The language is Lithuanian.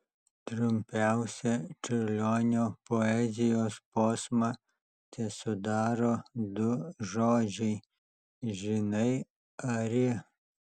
trumpiausią čiurlionio poezijos posmą tesudaro du žodžiai žinai ari